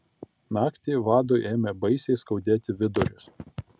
naktį vadui ėmė baisiai skaudėti vidurius